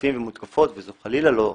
מותקפים ומותקפות וזו חלילה לא הכוונה,